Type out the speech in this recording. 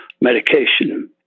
medication